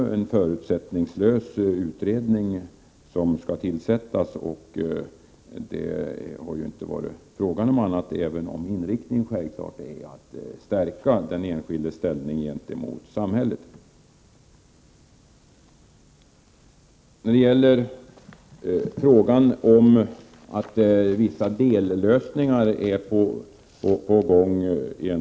Det har inte varit fråga om annat än att det skall vara en förutsättningslös utredning, även om inriktningen helt klart är den att den enskildes ställning gentemot samhället skall stärkas.